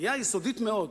סוגיה יסודית מאוד.